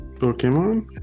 Pokemon